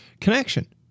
connection